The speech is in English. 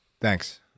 Thanks